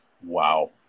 Wow